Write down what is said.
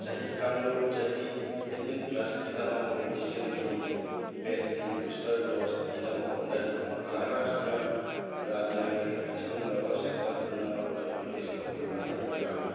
ꯆꯍꯤ ꯀꯥꯡꯂꯨꯞ ꯆꯍꯤ ꯑꯩꯇꯤꯟ ꯄ꯭ꯂꯁꯀꯤꯗꯃꯛ ꯀꯣꯕꯤꯁꯤꯜꯒꯤ ꯄꯦꯠꯀꯤ ꯕꯨꯁꯇꯔ ꯗꯣꯁ ꯊꯤꯅꯕ ꯍꯣꯠꯅꯔꯤ ꯃꯍꯥꯔꯥꯁꯇ꯭ꯔ ꯔꯥꯖ꯭ꯌꯒꯤ ꯑꯁꯤꯒꯨꯝꯂꯕ ꯁꯦꯟꯇꯔ ꯄꯨꯝꯅꯃꯛ ꯑꯗꯨ ꯂꯤꯁ ꯇꯧꯕꯤꯕ ꯌꯥꯒꯗ꯭ꯔ